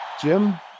Jim